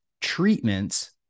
treatments